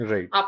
Right